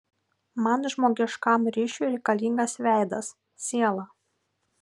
man žmogiškam ryšiui reikalingas veidas siela